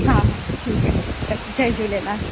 हा हा ठीकु आहे त जय झूलेलाल